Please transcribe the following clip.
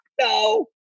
no